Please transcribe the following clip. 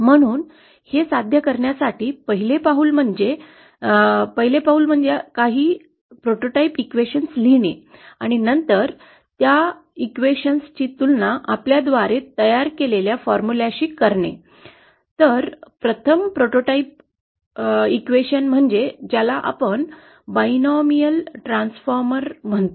म्हणून हे साध्य करण्यासाठी पहिले पाऊल म्हणजे काही नमुनेदार समीकरणे लिहणे आणि नंतर त्या समीकरणा ची तुलना आपल्या द्वारे तयार केलेल्या सूत्रा शी करणे तर प्रथम प्रोटोटाइप समीकरण म्हणजे ज्याला आपण द्विपदीय ट्रान्सफॉर्मर म्हणतो